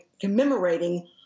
commemorating